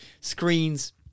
screens